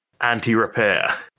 anti-repair